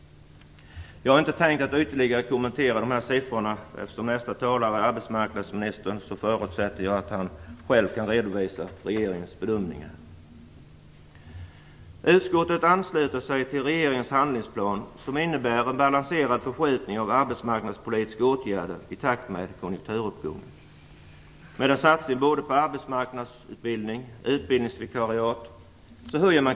Jag har inte tänkt att ytterligare kommentera dessa siffror. Eftersom nästa talare är arbetsmarknadsministern förutsätter jag att han själv kan redovisa regeringens bedömningar. Utskottet ansluter sig till regeringens handlingsplan som innebär en balanserad förskjutning av de arbetmarknadspolitiska åtgärderna i takt med konjunkturuppgången. Kompetensnivån höjs med en satsning på arbetsmarknadsutbildning och utbildningsvikariat.